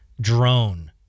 drone